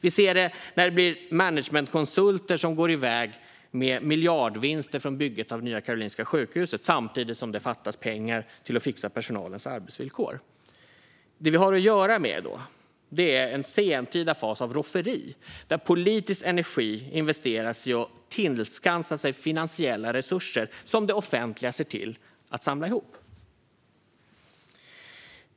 Vi ser det när managementkonsulter går iväg med miljardvinster från bygget av Nya Karolinska sjukhuset samtidigt som det fattas pengar till att fixa personalens arbetsvillkor. Det vi har att göra med är en sentida fas av rofferi, där politisk energi investeras i att tillskansa sig finansiella resurser som det offentliga samlar ihop.